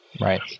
Right